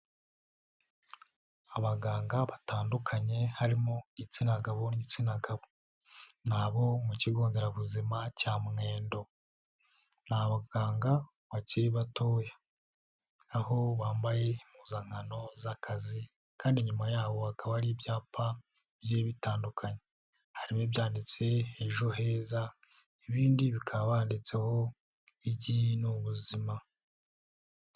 Abaganga batandukanye harimo igitsina gabo n'igitsina gabo, ni abo mu kigo nderabuzima cya Mwendo, ni abaganga bakiri batoya aho bambaye impuzankano z'akazi, kandi inyuma yabo hakaba ari ibyapa bigiye bitandukanye, harimo byanditse ejo heza ibindi bakaba banditseho igi ni ubuzima.